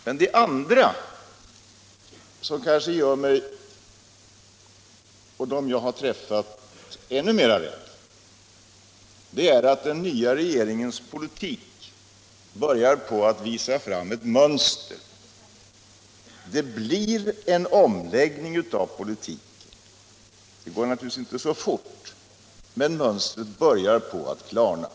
Men det andra, som gör mig och dem jag har träffat kanske ännu mera oroliga, är att den nya regeringens politik börjar visa ett mönster. Det blir en omläggning av politiken. Det går naturligtvis inte så fort, men mönstret börjar klarna.